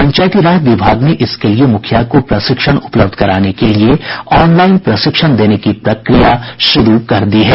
पंचायती राज विभाग ने इसके लिए मुखिया को प्रशिक्षण उपलब्ध कराने के लिए ऑनलाइन प्रशिक्षण देने की प्रक्रिया शुरू कर दी है